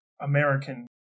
American